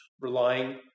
relying